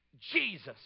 Jesus